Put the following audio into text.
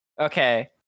Okay